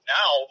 now